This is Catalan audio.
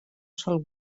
sol